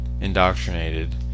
indoctrinated